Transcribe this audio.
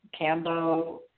Cambo